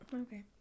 Okay